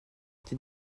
être